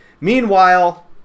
Meanwhile